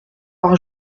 par